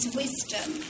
wisdom